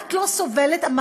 הדעת לא סובלת זאת.